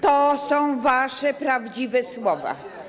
To są wasze prawdziwe słowa.